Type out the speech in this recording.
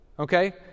Okay